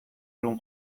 room